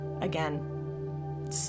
again